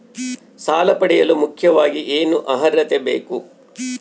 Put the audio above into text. ಸಾಲ ಪಡೆಯಲು ಮುಖ್ಯವಾಗಿ ಏನು ಅರ್ಹತೆ ಇರಬೇಕು?